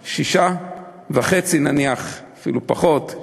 ל-6.5%, נניח, אפילו פחות,